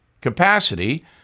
capacity